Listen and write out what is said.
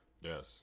Yes